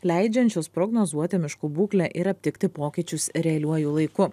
leidžiančius prognozuoti miškų būklę ir aptikti pokyčius realiuoju laiku